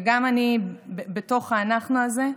וגם אני בתוך ה"אנחנו" הזה,